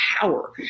power